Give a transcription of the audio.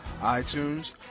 iTunes